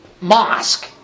mosque